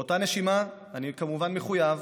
באותה נשימה אני כמובן מחויב